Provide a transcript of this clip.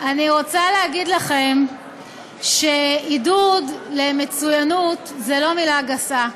אני רוצה להגיד לכם שעידוד למצוינות זה לא מילה גסה.